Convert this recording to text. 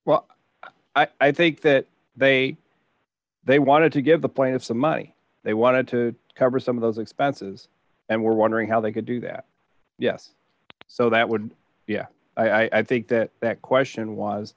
well i think that they they wanted to give the planets the money they wanted to cover some of those expenses and were wondering how they could do that yes so that would yeah i think that that question was